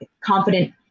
confident